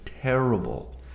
terrible